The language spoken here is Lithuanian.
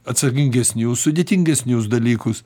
atsakingesnių sudėtingesnius dalykus